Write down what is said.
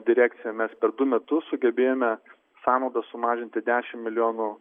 direkcija per du metus sugebėjome sąnaudas sumažinti dešimt milijonų